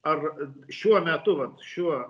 ar šiuo metu vat šiuo